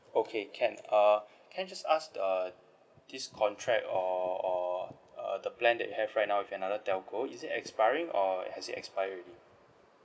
okay can uh can I just ask uh this contract or or uh the plan that you have right now with another telco is it expiring or has it expire already